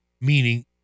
meaning